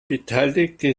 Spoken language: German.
beteiligte